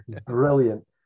Brilliant